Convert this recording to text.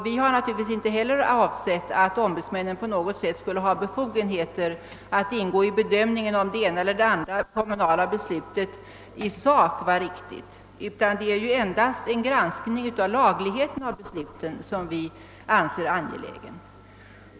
Vi har naturligtvis inte heller avsett att ombudsmännen på något sätt skulle ha befogenheter att ingå på bedömning av om det ena eller det andra kommunala beslutet i sak är riktigt, utan det är endast en granskning av beslutens laglighet som vi anser angelägen.